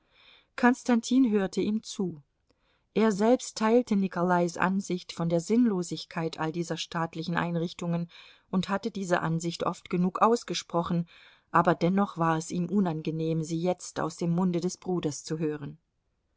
konstantin hörte ihm zu er selbst teilte nikolais ansicht von der sinnlosigkeit aller dieser staatlichen einrichtungen und hatte diese ansicht oft genug ausgesprochen aber dennoch war es ihm unangenehm sie jetzt aus dem munde des bruders zu hören